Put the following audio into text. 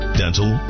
dental